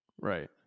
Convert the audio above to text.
Right